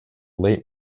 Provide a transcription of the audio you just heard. late